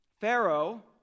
Pharaoh